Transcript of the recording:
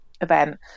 event